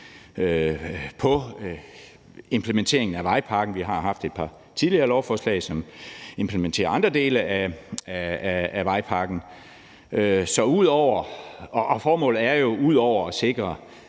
på implementeringen af vejpakken. Vi har haft et par tidligere lovforslag, som implementerer andre dele af vejpakken. Formålet er jo ud over at sikre